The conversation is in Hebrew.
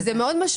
יהיו יותר אנשים,